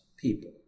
people